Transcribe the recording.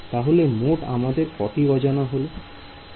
তাহলে মোট আমাদের কটি অজানা হলো